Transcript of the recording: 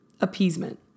appeasement